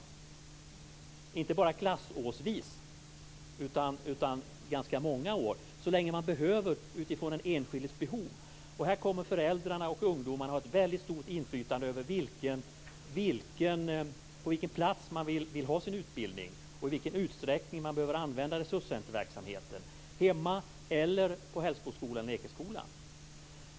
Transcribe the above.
Det gäller inte bara klassårsvis utan också ganska många år och så länge man behöver utifrån den enskildes behov. Här kommer föräldrarna och ungdomarna att ha ett väldigt stort inflytande över på vilken plats man vill ha sin utbildning och i vilken utsträckning man behöver använda resurscentrumverksamheten hemma eller på Hällsboskolan och Ekeskolan.